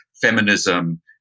feminism